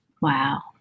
Wow